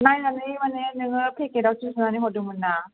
नायनानै माने नोङो पेकेटाव जुनानै हरदोंमोन ना